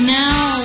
now